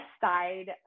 side